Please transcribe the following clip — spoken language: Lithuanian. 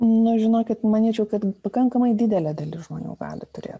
nu žinokit manyčiau kad pakankamai didelė dalis žmonių gali turėt